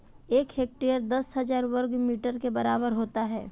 एक हेक्टेयर दस हज़ार वर्ग मीटर के बराबर होता है